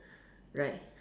right